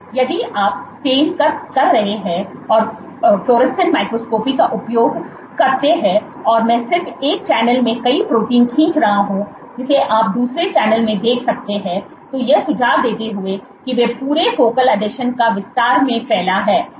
इसलिए यदि आप सटेन कर रहे थे और फ्लोरेसेंस माइक्रोस्कोपी का उपयोग करते हैं और मैं सिर्फ एक चैनल में कई प्रोटीन खींच रहा हूं जिसे आप दूसरे चैनल में देख सकते हैं तो यह सुझाव देते हुए कि वे पूरे फोकल आसंजन का विस्तार मे फैला है